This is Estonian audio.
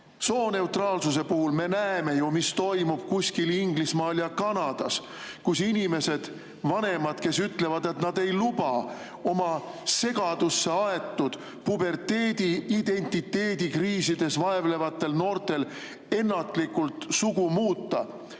Sooneutraalsuse puhul me näeme ju, mis toimub Inglismaal ja Kanadas, kus inimestelt, vanematelt, kes ütlevad, et nad ei luba oma segadusse aetud puberteedi[ealistel] identiteedikriisides vaevlevatel noortel ennatlikult sugu muuta,